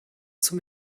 zum